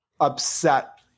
upset